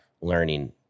learning